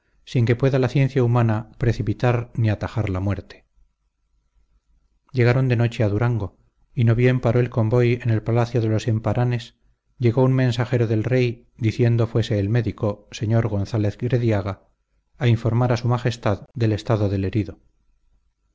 sin que pueda la ciencia humana precipitar ni atajar la muerte llegaron de noche a durango y no bien paró el convoy en el palacio de los emparanes llegó un mensajero del rey diciendo fuese el médico sr gonzález grediaga a informar a su majestad del estado del herido